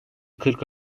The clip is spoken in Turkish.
kırk